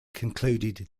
concluded